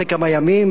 אחרי כמה ימים,